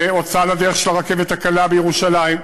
בהוצאה לדרך של הרכבת הקלה בירושלים,